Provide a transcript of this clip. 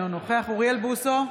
אינו נוכח אוריאל בוסו,